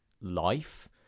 life